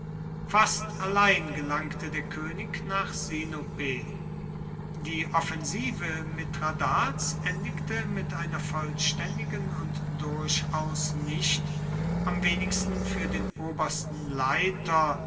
fast allein gelangte der könig nach sinope die offensive mithradats endigte mit einer vollständigen und durchaus nicht am wenigsten für den obersten leiter